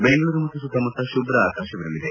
ಬೆಂಗಳೂರು ಮತ್ತು ಸುತ್ತಮುತ್ತ ಶುಭ್ರ ಆಕಾಶವಿರಲಿದೆ